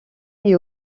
est